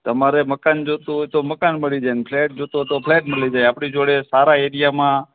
તમારે મકાન જોઇતું હોય તો મકાન મળી જાય ને ફ્લૅટ જોઇતો હોય તો ફ્લૅટ મળી જાય આપણી જોડે સારા એરિયામાં